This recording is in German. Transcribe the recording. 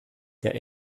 der